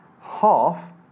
half